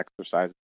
exercises